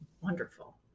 wonderful